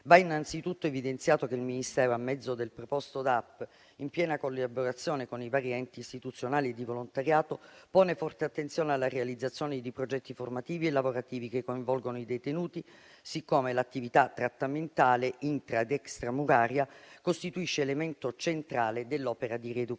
Va innanzitutto evidenziato che il Ministero, a mezzo del preposto Dipartimento dell'amministrazione penitenziaria (DAP), in piena collaborazione con i vari enti istituzionali di volontariato, pone forte attenzione alla realizzazione di progetti formativi e lavorativi che coinvolgono i detenuti, siccome l'attività trattamentale intra ed extramuraria costituisce l'elemento centrale dell'opera di rieducazione.